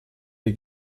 der